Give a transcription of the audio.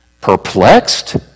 perplexed